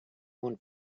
moon